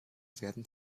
werden